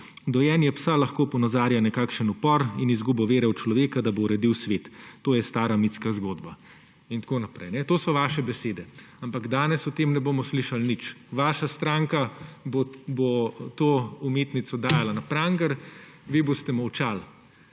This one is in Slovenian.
Dojenje psa lahko ponazarja nekakšen upor in izgubo vere v človeka, da bo uredil svet. To je stara mitska zgodba.« In tako naprej. To so vaše besede. Ampak danes o tem ne bomo slišali nič. Vaša stranka bo to umetnico dajala na pranger, vi boste molčali.